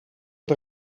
het